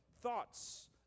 Thoughts